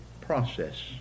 process